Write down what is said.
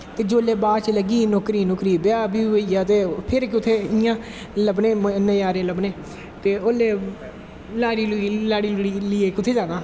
ते जिसलै बाद च लग्गी नौकरी नूकरी ब्याह् ब्यूह होईया ते फिर कुत्थें इयां लब्भनें नज़ारे सब्भनें ते उसले लाड़ी लूड़ी गी लेईयै कुत्थें जाना